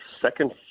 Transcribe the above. second